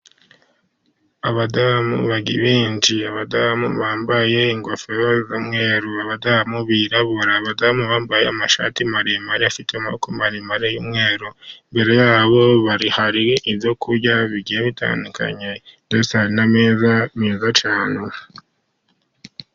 Abadamu benshi , abadamu bambaye ingofero z'umweru, abadamu birabura, abadamu bambaye amashati maremare afite amaboko maremare y'umweru, imbere yabo hari ibyo kurya bigiye bitandukanye n'ameza meza cyane.